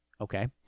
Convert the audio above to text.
Okay